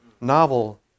Novel